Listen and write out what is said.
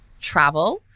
travel